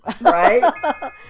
right